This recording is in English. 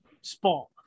spot